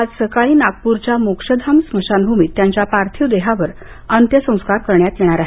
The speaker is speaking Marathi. आज सकाळी नागप्रच्या मोक्षधाम स्मशानभूमीत त्यांच्या पार्थिव देहावर अंत्यसंस्कार करण्यात येणार आहेत